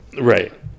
Right